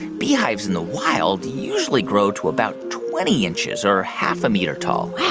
beehives in the wild usually grow to about twenty inches or half a meter tall wow.